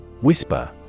Whisper